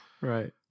Right